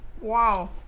Wow